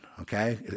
Okay